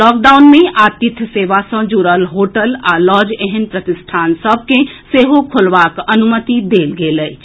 lockdown मे आतिथ्य सेवा सँ जुड़ल होटल आ लॉज एहेन प्रतिष्ठान सभ के सेहो खोलबाक अनुमति देल गेल अछि